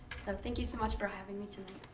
so thank you so much for having me tonight.